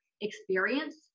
experience